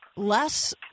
less